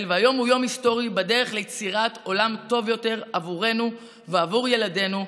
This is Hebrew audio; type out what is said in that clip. והיום הוא יום היסטורי בדרך ליצירת עולם טוב יותר עבורנו ועבור ילדינו.